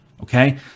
okay